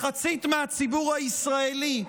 מחצית מהציבור הישראלי,